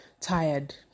tired